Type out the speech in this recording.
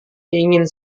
ingin